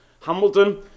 Hamilton